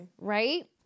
Right